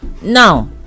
Now